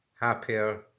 happier